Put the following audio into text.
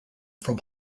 from